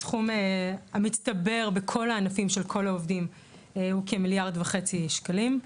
הסכום המצטבר בכל הענפים של כל העובדים הוא כמיליארד וחצי שקלים.